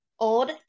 old